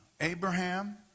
Abraham